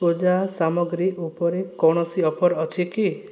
ପୂଜା ସାମଗ୍ରୀ ଉପରେ କୌଣସି ଅଫର୍ ଅଛି କି